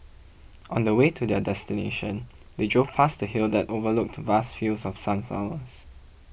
on the way to their destination they drove past a hill that overlooked vast fields of sunflowers